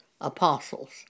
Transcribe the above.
apostles